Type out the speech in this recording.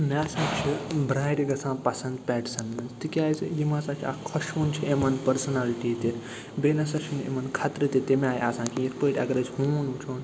مےٚ ہسا چھِ برٛارِ گَژھان پسنٛد پٮ۪ٹسَن منٛز تِکیٛازِ یِم ہسا چھِ اکھ خۄشوُن چھِ یِمن پٔرسنلٹی تہِ بیٚیہِ نسا چھُنہٕ یِمن خطرٕ تہِ تَمہِ آے آسان کیٚنٛہہ یِتھ پٲٹھۍ اگر أسۍ ہوٗن وٕچھون